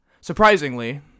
Surprisingly